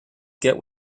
get